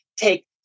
take